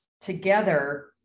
together